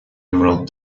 emerald